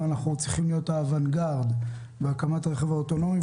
ואנחנו צריכים להיות האוונגרד בהקמת הרכב האוטונומי.